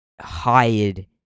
hired